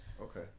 Okay